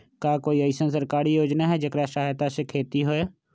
का कोई अईसन सरकारी योजना है जेकरा सहायता से खेती होय?